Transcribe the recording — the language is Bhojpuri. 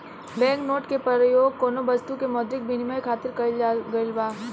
बैंक नोट के परयोग कौनो बस्तु के मौद्रिक बिनिमय खातिर कईल गइल बा